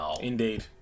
Indeed